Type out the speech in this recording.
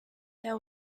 there